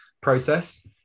process